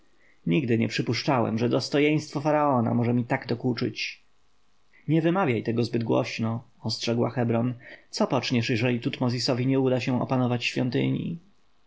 nigdy nie przypuszczałem że dostojeństwo faraona może mi tak dokuczyć nie wymawiaj tego zbyt głośno ostrzegła hebron co poczniesz jeżeli tutmozisowi nie uda się opanować świątyni